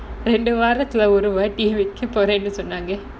இப்டி வர்ரச்ச ஒரு வாட்டி சொன்னாங்க:ipdi varacha oruvaati sonnaanga